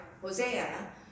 Hosea